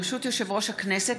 ברשות יושב-ראש הכנסת,